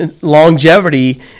longevity